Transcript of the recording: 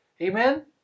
Amen